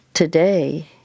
Today